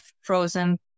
frozen